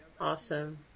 Awesome